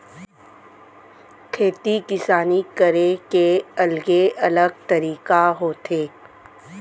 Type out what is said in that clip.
खेती किसानी करे के अलगे अलग तरीका होथे